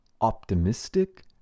optimistic